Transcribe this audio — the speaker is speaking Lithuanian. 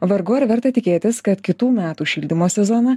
vargu ar verta tikėtis kad kitų metų šildymo sezoną